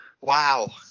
Wow